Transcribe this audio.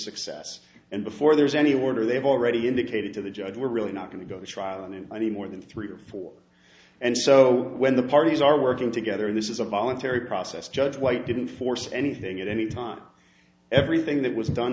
success and before there's any order they've already indicated to the judge we're really not going to go to trial on it any more than three or four and so when the parties are working together this is a voluntary process judge white didn't force anything at any time everything that was done